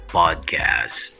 podcast